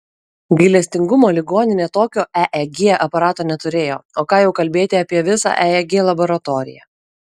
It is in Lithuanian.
gailestingumo ligoninė tokio eeg aparato neturėjo o ką jau kalbėti apie visą eeg laboratoriją